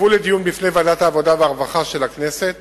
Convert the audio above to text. תובא לדיון בפני ועדת העבודה והרווחה של הכנסת